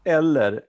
eller